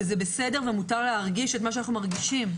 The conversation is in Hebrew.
שזה בסדר ומותר להרגיש את מה שהם הרגישו.